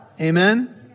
Amen